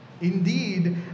Indeed